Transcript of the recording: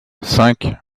cinq